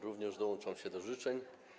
Również dołączam się do życzeń.